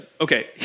okay